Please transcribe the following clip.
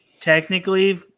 technically –